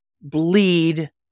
bleed